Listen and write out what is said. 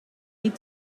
lead